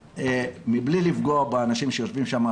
מבלי לפגוע באנשים שיושבים שם,